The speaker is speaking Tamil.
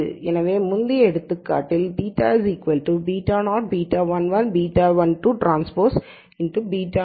எனவே முந்தைய எடுத்துக்காட்டில் இது θ β0 β11β12 T β0 β11β12 ஆக மாறும்